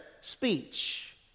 speech